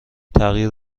تغییر